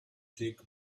dig